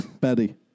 Betty